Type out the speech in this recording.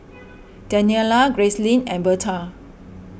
Daniella Gracelyn and Berta